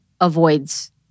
avoids